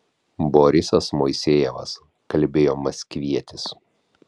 borisas moisejevas kalbėjo maskvietis